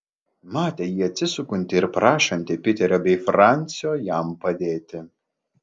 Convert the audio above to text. matė jį atsisukantį ir prašantį piterio bei francio jam padėti